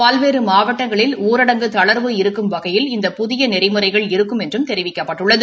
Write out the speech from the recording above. பல்வேறு மாவட்டங்களில் ஊரடங்கு தளா்வு இருக்கும் வகையில் இந்த புதிய நெறிமுறைகள் இருக்கும் என்றும் தெரிவிக்கப்பட்டுள்ளது